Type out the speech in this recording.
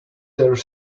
there